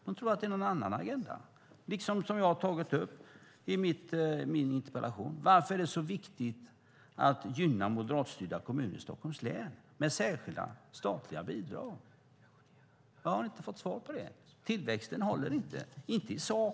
De tror att det är någon annan agenda. Som jag har tagit upp i min interpellation: Varför är det så viktigt att gynna moderatstyrda kommuner i Stockholms län med särskilda statliga bidrag? Jag har inte fått svar på det. Tillväxtargumentet håller inte, inte i sak.